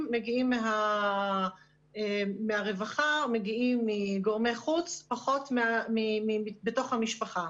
מגיעים מהרווחה או מגיעים מגורמי חוץ ופחות בתוך המשפחה.